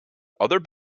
other